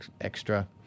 extra